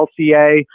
LCA